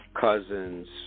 cousins